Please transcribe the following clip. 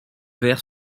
vers